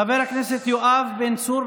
חבר הכנסת יואב בן צור,